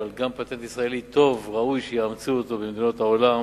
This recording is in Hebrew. אבל גם פטנט ישראלי טוב ראוי שיאמצו אותו במדינות העולם,